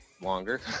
longer